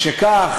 משכך,